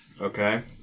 Okay